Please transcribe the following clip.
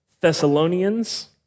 Thessalonians